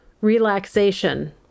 relaxation